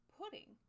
Pudding